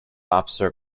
officer